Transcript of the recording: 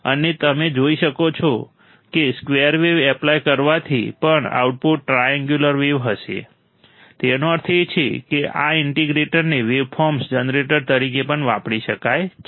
અને તમે જોઈ શકશો કે સ્કવેર વેવ એપ્લાય કરવાથી પણ આઉટપુટ ટ્રાએન્ગ્યુલર વેવ હશે તેનો અર્થ એ કે આ ઇન્ટિગ્રેટરને વેવફોર્મ જનરેટર તરીકે પણ વાપરી શકાય છે